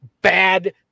bad